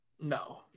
no